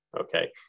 okay